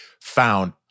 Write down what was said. found